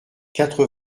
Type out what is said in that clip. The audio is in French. quatre